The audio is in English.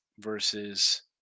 versus